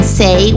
say